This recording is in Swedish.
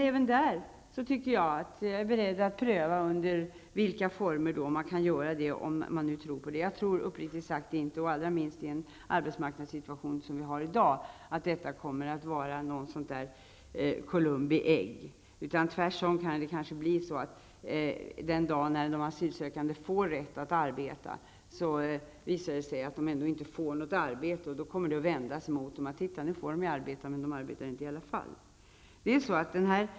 Även där är jag beredd att medverka till en prövning av under vilka former man kan tillåta asylsökande att arbeta, om man tror att det hjälper. Jag tror uppriktigt sagt inte att detta kommer att vara någon sorts Columbi ägg, allra minst med den arbetsmarknadssituation som i dag råder. Den dag när de asylsökande får rätt att arbeta kan det tvärtom visa sig att de ändå inte får något arbete. Då kan det vändas emot dem och man kan komma att säga: Titta, nu får de arbeta, men det gör de i alla fall inte.